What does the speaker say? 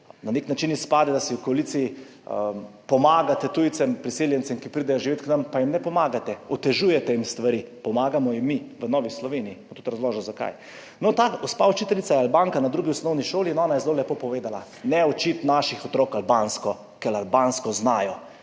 Na nek način izpade, da v koaliciji pomagate tujcem, priseljencem, ki pridejo živet k nam, pa jim ne pomagate, otežujete jim stvari. Pomagamo jim mi v Novi Sloveniji, bom tudi razložil, zakaj. Ta gospa učiteljica, ki je Albanka in uči na osnovni šoli, je zelo lepo povedala: »Ne učiti naših otrok albansko, ker albansko znajo,